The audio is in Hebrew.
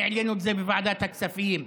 והעלינו את זה בוועדת הכספים.